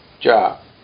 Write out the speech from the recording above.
job